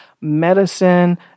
medicine